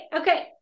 Okay